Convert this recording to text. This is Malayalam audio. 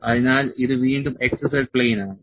അതിനാൽ ഇത് വീണ്ടും x z പ്ലെയിൻ ആണ്